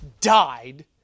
died